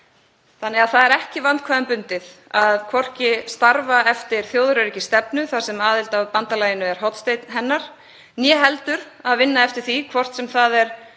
Þannig að það er hvorki vandkvæðum bundið að starfa eftir þjóðaröryggisstefnu þar sem aðild að bandalaginu er hornsteinn hennar né heldur að vinna eftir því, hvort sem það er